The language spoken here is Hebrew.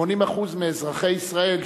80% מאזרחי ישראל,